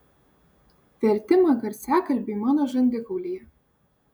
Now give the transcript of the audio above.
vertimą garsiakalbiui mano žandikaulyje